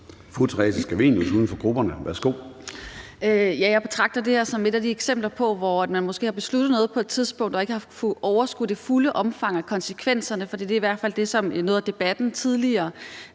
Theresa Scavenius (UFG): Jeg betragter det her som et af de eksempler, hvor man måske har besluttet noget på et tidspunkt og ikke har kunnet overskue det fulde omfang af konsekvenserne, for det er i hvert fald det, som noget af debatten tidligere,